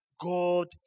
God